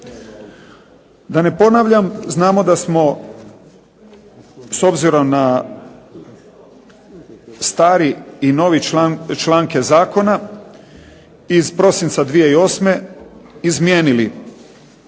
Da ne ponavljam, znamo da smo s obzirom na stare i nove članke zakona iz prosinca 2008. izmijenili